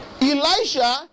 Elijah